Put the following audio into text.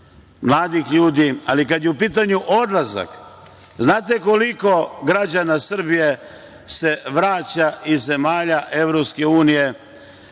mladih ljudi, ali kada je u pitanju odlazak, znate koliko građana Srbije se vraća iz zemalja EU u